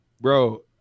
bro